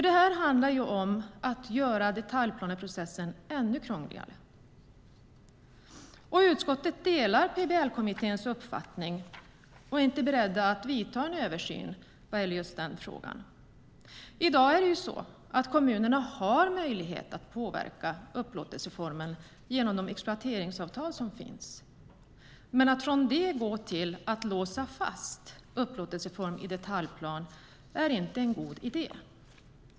Det handlar om att göra detaljplaneprocessen ännu krångligare. Utskottet delar PBL-kommitténs uppfattning och är inte berett att vidta en översyn i den frågan. I dag har kommunerna möjlighet att påverka upplåtelseformen genom de exploateringsavtal som finns. Men att från det gå till att låsa fast upplåtelseform i detaljplan är inte en god idé.